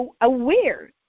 aware